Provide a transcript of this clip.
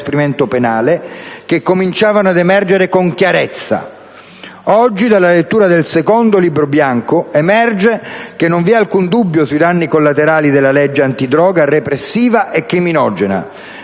dell'inasprimento penale che cominciavano ad emergere con chiarezza. Oggi dalla lettura del secondo Libro bianco emerge che non vi è alcun dubbio sui danni collaterali della legge antidroga, repressiva e criminogena,